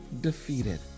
defeated